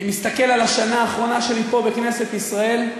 אני מסתכל על השנה האחרונה שלי פה בכנסת ישראל,